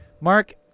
Mark